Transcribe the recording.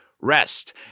rest